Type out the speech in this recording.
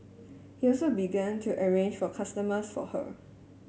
he also began to arrange for customers for her